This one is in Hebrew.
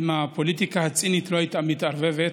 אם הפוליטיקה הצינית לא הייתה מתערבבת,